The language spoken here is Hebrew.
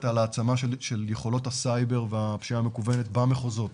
על העצמה של יכולות הסייבר והפשיעה המקוונת במחוזות.